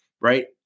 right